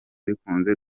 bikunze